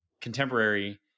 contemporary